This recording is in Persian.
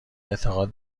اعتقاد